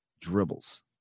dribbles